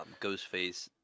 Ghostface